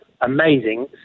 amazing